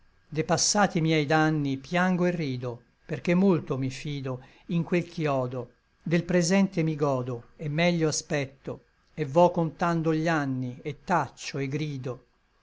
de passati miei danni piango et rido perché molto mi fido in quel ch'i odo del presente mi godo et meglio aspetto et vo contando gli anni et taccio et grido